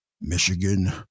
Michigan